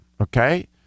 okay